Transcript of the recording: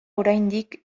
oraindik